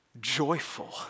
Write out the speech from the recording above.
joyful